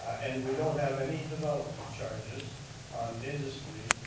and we don't have any development charges on industry,